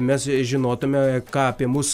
mes žinotume ką apie mus